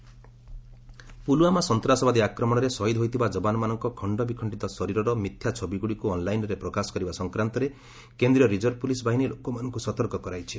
CRPF Pulwama ସନ୍ତାସବାଦୀ ଆକ୍ରମଣରେ ଶହୀଦ୍ ହୋଇଥିବା ଯବାନମାନଙ୍କ ଖଣ୍ଡବିଖଣ୍ଡିତ ଶରୀରର ମିଥ୍ୟା ଛବିଗୁଡ଼ିକୁ ଅନ୍ଲାଇନ୍ରେ ପ୍ରକାଶ କରିବା ସଂକ୍ରାନ୍ତରେ କେନ୍ଦ୍ରୀୟ ରିଜର୍ଭ ପୁଲିସ୍ ବାହିନୀ ଲୋକମାନଙ୍କୁ ସତର୍କ କରାଇଛି